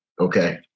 Okay